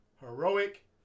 heroic